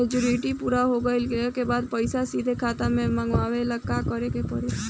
Maturity पूरा हो गइला के बाद पईसा सीधे खाता में मँगवाए ला का करे के पड़ी?